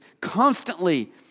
constantly